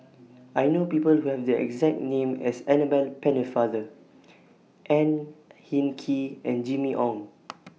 I know People Who Have The exact name as Annabel Pennefather Ang Hin Kee and Jimmy Ong